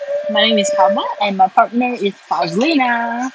mine is harmah and my partner is fazlinah